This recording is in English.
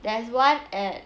there's one at